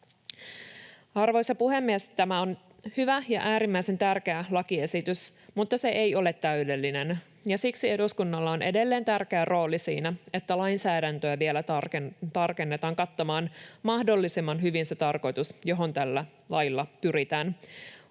Arvoisa puhemies! Tämä on hyvä ja äärimmäisen tärkeä lakiesitys, mutta se ei ole täydellinen, ja siksi eduskunnalla on edelleen tärkeä rooli siinä, että lainsäädäntöä vielä tarkennetaan kattamaan mahdollisimman hyvin se tarkoitus, johon tällä lailla pyritään.